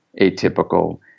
atypical